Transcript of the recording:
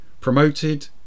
promoted